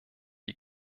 die